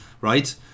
right